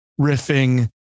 riffing